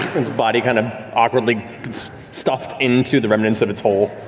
body kind of awkwardly stuffed into the remnants of its hole.